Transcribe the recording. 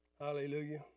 hallelujah